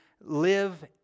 live